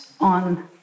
on